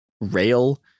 rail